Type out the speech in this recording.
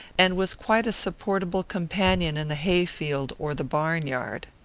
and was quite a supportable companion in the hay-field or the barnyard.